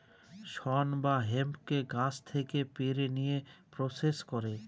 শন বা হেম্পকে গাছ থেকে পেড়ে নিয়ে প্রসেস করে